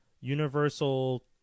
Universal